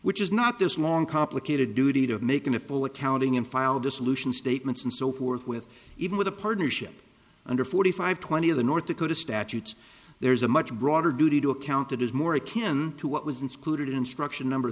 which is not this long complicated duty to making a full accounting and file dissolution statements and so forth with even with a partnership under forty five twenty of the north dakota statutes there's a much broader duty to account that is more akin to what was in scooted instruction number